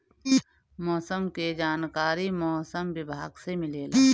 मौसम के जानकारी मौसम विभाग से मिलेला?